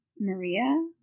Maria